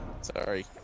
Sorry